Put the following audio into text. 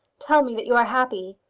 tell me that you are happy.